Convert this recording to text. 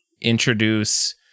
introduce